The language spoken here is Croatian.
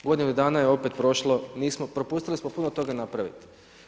Godinu dana je opet prošlo nismo propustili smo puno toga napraviti.